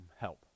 help